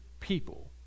people